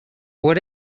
what